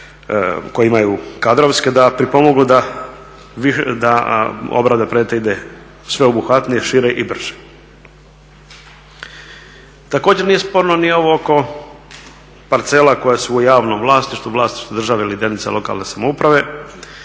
koji imaju kadrovske da pripomognu da obrada projekta ide sveobuhvatnije, šire i brže. Također nije sporno ni ovo oko parcela koje su u javnom vlasništvu, vlasništvu države ili jedinica lokalne samouprave,